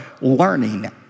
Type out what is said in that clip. learning